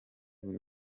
buri